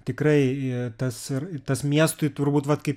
tikrai tas ir tas miestui turbūt vat kaip